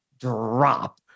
drop